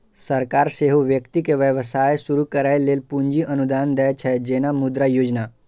सरकार सेहो व्यक्ति कें व्यवसाय शुरू करै लेल पूंजी अनुदान दै छै, जेना मुद्रा योजना